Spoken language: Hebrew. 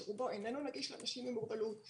שרובו איננו נגיש לאנשים עם מוגבלות,